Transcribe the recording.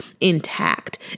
intact